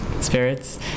spirits